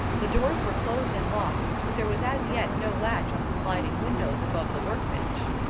the doors were closed and locked, but there was as yet no latch on the sliding windows above the work bench.